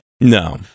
No